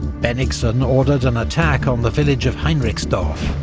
bennigsen ordered an attack on the village of heinrichsdorf,